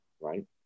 right